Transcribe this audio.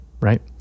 right